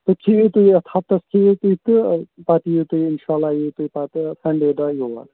تہٕ کھیٚیِو تُہۍ یَتھ ہَفتَس کھیٚیِو تُہۍ تہٕ پَتہٕ یِیِو تُہۍ اِنشاء اللہ یِیِو تُہۍ پَتہٕ سَنڈے دۄہ یور